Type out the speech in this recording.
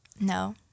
No